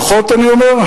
פחות, אני אומר?